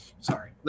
Sorry